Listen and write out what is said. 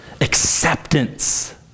acceptance